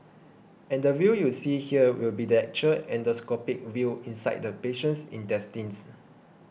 and the view you see here will be the actual endoscopic view inside the patient's intestines